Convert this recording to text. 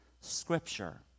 Scripture